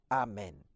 amen